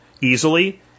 easily